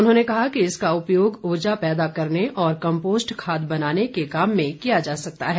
उन्होंने कहा कि इसका उपयोग ऊर्जा पैदा करने और कम्पोस्ट खाद बनाने के काम में किया जा सकता है